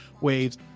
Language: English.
WAVE's